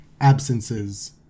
absences